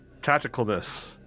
Tacticalness